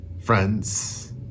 friends